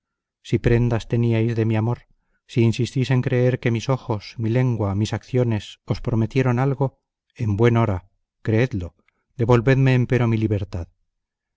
si prendas teníais de mi amor si insistís en creer que mis ojos mi lengua mis acciones os prometieron algo en buen hora creedlo devolvedme empero mi libertad